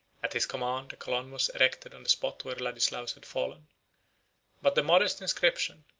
at his command a column was erected on the spot where ladislaus had fallen but the modest inscription,